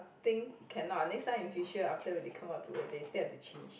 think cannot ah next time in future after when they come out to work they still have to change